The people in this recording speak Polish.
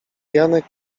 janek